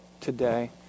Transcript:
today